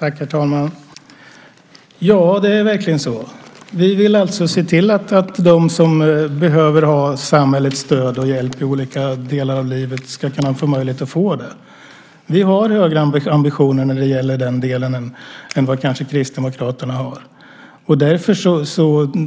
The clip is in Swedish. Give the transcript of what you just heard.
Herr talman! Ja, det är verkligen så. Vi vill se till att de som i olika skeden av livet behöver samhällets stöd och hjälp också ska ha möjlighet att få det. Vi har högre ambitioner när det gäller den delen än vad Kristdemokraterna kanske har, och därför